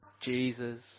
Jesus